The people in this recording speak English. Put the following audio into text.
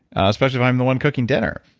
especially if i'm the one cooking dinner,